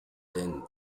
then